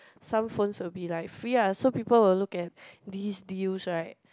some phones will be like free lah so people will look at this deals right